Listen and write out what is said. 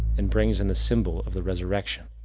and brings in the symbol of the resurrection.